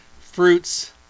fruits